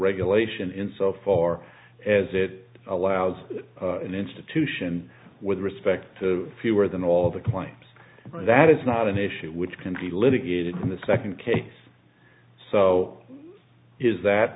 regulation in so far as it allows an institution with respect to fewer than all the clients that is not an issue which can be litigated in the second case so is that